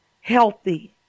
healthy